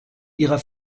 ihrer